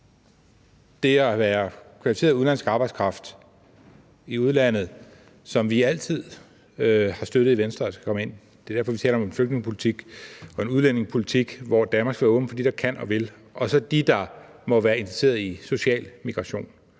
det at være kvalificeret udenlandsk arbejdskraft – hvad Venstre altid har støttet der skal komme ind, det er derfor, vi taler om en flygtningepolitik og en udlændingepolitik, hvor Danmark skal være åben for dem, der kan og vil – og så dem, der måtte være interesserede i social migration,